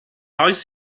oes